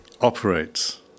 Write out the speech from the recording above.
operates